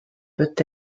peut